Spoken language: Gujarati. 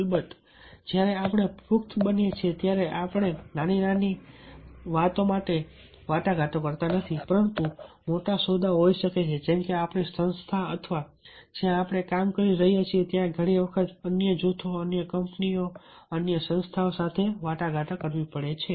અલબત્ત જ્યારે આપણે પુખ્ત બનીએ છીએ ત્યારે આપણે નાની વાત માટે વાટાઘાટો કરતા નથી પરંતુ મોટા સોદાઓ હોઈ શકે છે જેમકે કે આપણી સંસ્થામાં અથવા જ્યાં આપણે કામ કરી રહ્યા છીએ ત્યાં ઘણી વખત અન્ય જૂથો અન્ય કંપનીઓ અન્ય સંસ્થાઓ સાથે વાટાઘાટો કરવી પડે છે